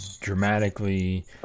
dramatically